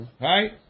right